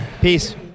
Peace